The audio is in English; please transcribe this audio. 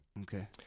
Okay